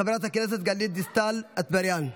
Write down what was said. חברת הכנסת גלית דיסטל אטבריאן.